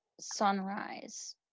sunrise